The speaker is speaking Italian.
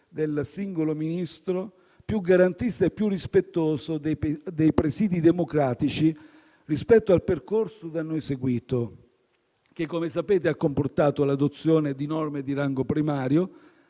del singolo Ministro) e più rispettoso dei presidi democratici rispetto al percorso da noi seguito che, come sapete, ha comportato l'adozione di norme di rango primario,